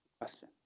Question